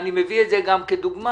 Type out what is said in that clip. ואני מביא את זה גם כדוגמה,